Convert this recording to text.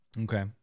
Okay